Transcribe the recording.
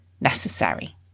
necessary